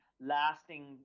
lasting